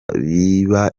biba